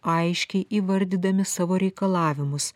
aiškiai įvardydami savo reikalavimus